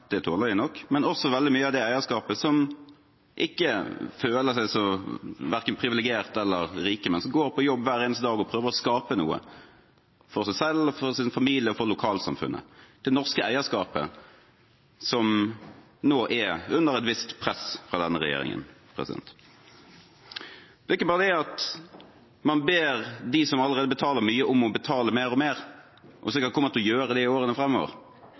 tåler det nok, men det er også veldig mye av det eierskapet som ikke føler seg verken privilegert eller rik. De går på jobb hver eneste dag og prøver å skape noe – for seg selv, for sin familie og for lokalsamfunnet. Det er det norske eierskapet, som nå er under et visst press fra denne regjeringen. Det er ikke bare det at man ber dem som allerede betaler mye, om å betale mer og mer og sikkert kommer til å gjøre det i årene fremover.